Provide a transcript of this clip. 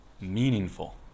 meaningful